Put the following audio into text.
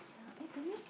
yeah eh that means